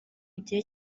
igihe